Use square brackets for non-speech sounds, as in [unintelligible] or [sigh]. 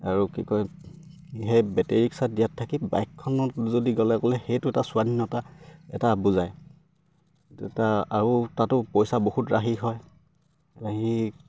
আৰু কি কয় সেই বেটেৰী ৰিক্সাত [unintelligible] বাইকখনত যদি গ'লে গ'লে সেইটো এটা স্বাধীনতা এটা বুজায় আৰু তাতো পইচা বহুত ৰাহি হয় সেই